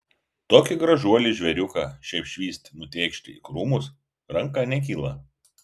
tokį gražuolį žvėriuką šiaip švyst nutėkšti į krūmus ranka nekyla